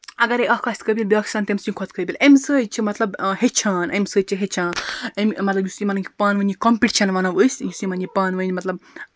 اَگَرے اکھ آسہِ قٲبِل بیاکھ چھُ آسان تمہِ سٕنٛدۍ کھۄتہٕ قٲبِل امہِ سۭتۍ چھِ مَطلَب ہیٚچھان امہِ سۭتۍ چھِ ہیٚچھان امہ مَطلَب یُس یِمَن یہِ پانہٕ ؤنۍ یہِ کَمپیٚٹِشَن وَنو أسۍ یُس یِمَن یہِ پانہٕ ؤنۍ مطلب